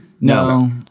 No